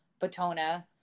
Batona